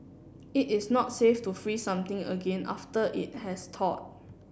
it is not safe to freeze something again after it has thawed